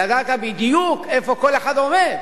ידעת בדיוק איפה כל אחד עומד.